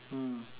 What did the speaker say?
mm